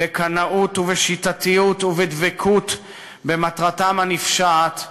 בקנאות, בשיטתיות ובדבקות במטרתם הנפשעת,